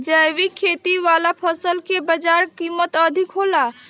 जैविक खेती वाला फसल के बाजार कीमत अधिक होला